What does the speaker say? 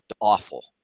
awful